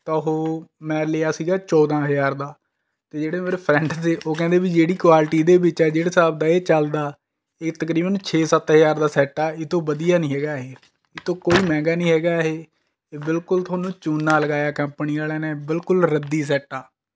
ਤਾਂ ਉਹ ਮੈਂ ਲਿਆ ਸੀਗਾ ਚੌਦਾਂ ਹਜ਼ਾਰ ਦਾ ਅਤੇ ਜਿਹੜੇ ਮੇਰੇ ਫਰੈਂਡ ਤੇ ਉਹ ਕਹਿੰਦੇ ਬਈ ਜਿਹੜੀ ਕੁਆਲਟੀ ਇਹਦੇ ਵਿੱਚ ਹੈ ਜਿਹੜਾ ਹਿਸਾਬ ਦਾ ਇਹ ਚੱਲਦਾ ਇਹ ਤਕਰੀਬਨ ਛੇ ਸੱਤ ਹਜ਼ਾਰ ਦਾ ਸੈੱਟ ਹੈ ਇਸ ਤੋਂ ਵਧੀਆ ਨਹੀਂ ਹੈਗਾ ਇਹ ਇਸ ਤੋਂ ਕੋਈ ਮਹਿੰਗਾ ਨਹੀਂ ਹੈਗਾ ਇਹ ਬਿਲਕੁਲ ਤੁਹਾਨੂੰ ਚੂਨਾ ਲਗਾਇਆ ਕੰਪਨੀ ਵਾਲਿਆ ਨੇ ਬਿਲਕੁਲ ਰੱਦੀ ਸੈੱਟ ਆ